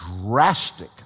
drastic